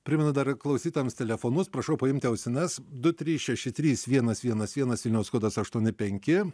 primenu dar klausytojams telefonus prašau paimti ausines du trys šeši trys vienas vienas vienas vilniaus kodas aštuoni penki